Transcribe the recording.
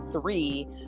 three